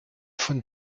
von